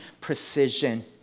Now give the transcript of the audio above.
precision